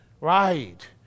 Right